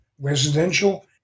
Residential